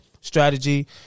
strategy